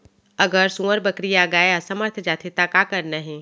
अगर सुअर, बकरी या गाय असमर्थ जाथे ता का करना हे?